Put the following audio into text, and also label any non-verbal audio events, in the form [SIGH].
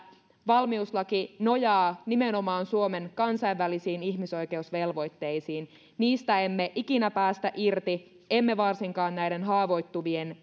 valmiuslaki nojaa nimenomaan suomen kansainvälisiin ihmisoikeusvelvoitteisiin niistä emme ikinä päästä irti emme varsinkaan näiden haavoittuvien [UNINTELLIGIBLE]